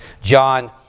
John